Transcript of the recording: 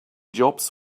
jobs